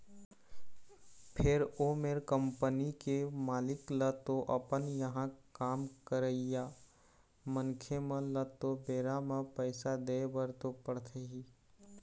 फेर ओ मेर कंपनी के मालिक ल तो अपन इहाँ काम करइया मनखे मन ल तो बेरा म पइसा देय बर तो पड़थे ही